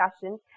discussion